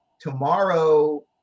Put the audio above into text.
tomorrow